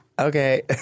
Okay